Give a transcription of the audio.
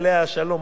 עליה השלום,